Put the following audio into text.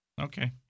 Okay